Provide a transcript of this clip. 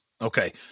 okay